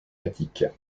attique